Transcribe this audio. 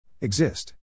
Exist